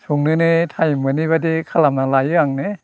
संनोनो टाइम मोनैबादि खालामना लायो आंनो